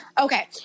okay